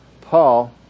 Paul